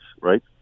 right